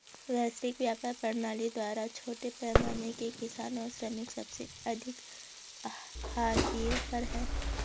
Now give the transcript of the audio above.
वैश्विक व्यापार प्रणाली द्वारा छोटे पैमाने के किसान और श्रमिक सबसे अधिक हाशिए पर हैं